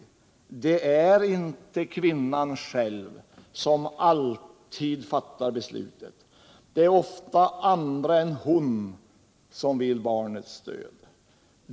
Det är inte kvinnan själv som alltid fattar beslutet — det är ofta andra än hon som vill barnets död.